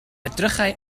edrychai